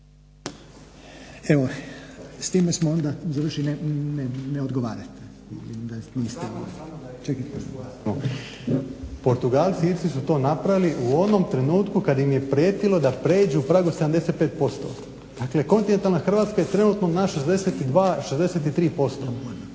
Evo s time smo onda završili. Ne odgovarajte. **Puljiz, Jakša** Portugalci isti su to napravili u onom trenutku kad im je prijetilo da prijeđu prag od 75%. Dakle, kontinentalna Hrvatska je trenutno na 62, 63%.